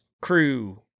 crew